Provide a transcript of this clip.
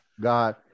God